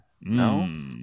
No